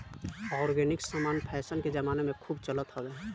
organic समान fashion के जमाना में खूब चलत हवे